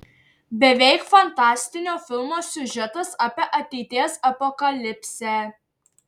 beveik fantastinio filmo siužetas apie ateities apokalipsę